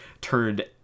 turned